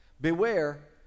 beware